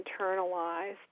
internalized